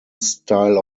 style